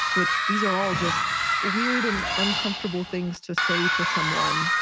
which these are all just weird and uncomfortable things to say to someone.